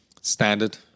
Standard